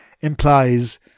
implies